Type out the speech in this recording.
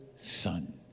son